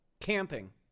Camping